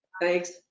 Thanks